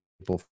people